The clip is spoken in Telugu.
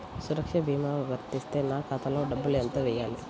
సురక్ష భీమా వర్తిస్తే నా ఖాతాలో డబ్బులు ఎంత వేయాలి?